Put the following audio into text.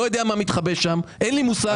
אני לא יודע מה מתחבא שם, אין לי מושג.